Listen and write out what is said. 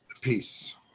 peace